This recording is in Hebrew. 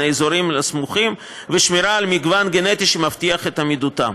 האזורים הסמוכים ושמירה על מגוון גנטי שמבטיח את עמידותם.